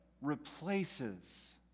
replaces